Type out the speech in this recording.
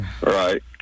Right